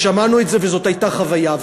ושמענו את זה, וזאת הייתה חוויה.